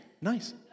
Nice